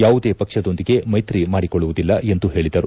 ಯಾವುದೇ ಪಕ್ಷದೊಂದಿಗೆ ಮೈತ್ರಿ ಮಾಡಿಕೊಳ್ಳುವುದಿಲ್ಲ ಎಂದು ಹೇಳಿದರು